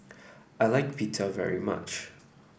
I like Pita very much